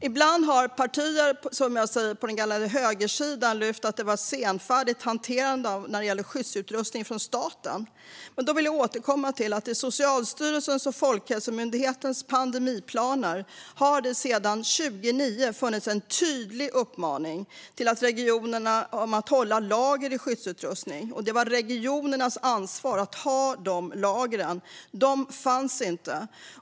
Ibland har partier på högersidan, som jag säger, lyft att det var ett senfärdigt hanterande från staten när det gäller skyddsutrustning. Men då vill jag återkomma till att det i Socialstyrelsens och Folkhälsomyndighetens pandemiplaner sedan 2009 har funnits en tydlig uppmaning till regionerna att hålla ett lager av skyddsutrustning. Det var alltså regionernas ansvar att ha dessa lager, men de fanns inte.